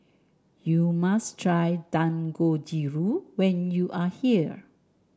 you must try Dangojiru when you are here